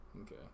okay